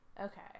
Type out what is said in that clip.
Okay